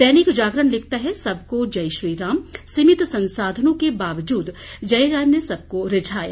दैनिक जागरण लिखता है सब को जय श्री राम सीमित संसाधनों के बावजूद जयराम ने सबको रिझाया